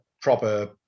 proper